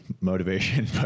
motivation